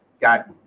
got